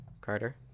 Carter